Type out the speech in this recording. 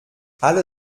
alle